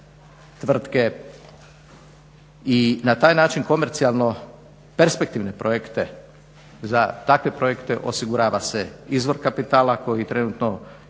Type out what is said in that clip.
tvrtke i na taj način komercijalno perspektivne projekte za takve projekte osigurava se izvor kapitala koji trenutno i nije